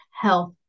health